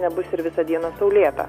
nebus ir visa diena saulėta